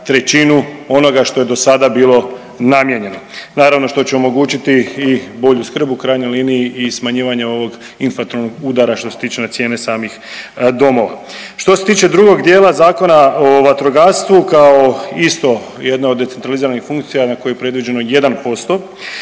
trećinu onoga što je dosada bilo namijenjeno, naravno što će omogućiti i bolju skrb, u krajnjoj liniji i smanjivanje ovog inflatornog udara što se tiče cijene samih domova. Što se tiče drugog dijela Zakona o vatrogastvu kao isto jedno od decentraliziranih funkcija na koje je predviđeno 1%